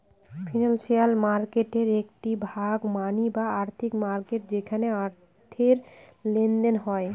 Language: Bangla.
ফিনান্সিয়াল মার্কেটের একটি ভাগ মানি বা আর্থিক মার্কেট যেখানে অর্থের লেনদেন হয়